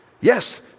Yes